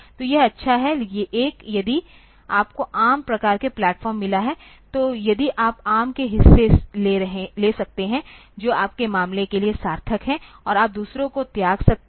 तो यह अच्छा है एक यदि आपको एआरएम प्रकार का प्लेटफॉर्म मिला है तो यदि आप एआरएम के हिस्से ले सकते हैं जो आपके मामले के लिए सार्थक हैं और आप दूसरों को त्याग सकते हैं